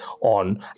on